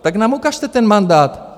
Tak nám ukažte ten mandát.